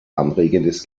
anregendes